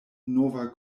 nova